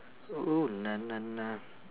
oh na na na